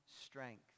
strength